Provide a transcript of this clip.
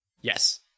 Yes